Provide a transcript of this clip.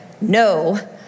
no